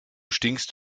stinkst